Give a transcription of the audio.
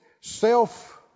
self